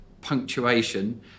punctuation